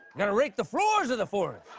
got to rake the floors of the forest!